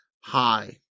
high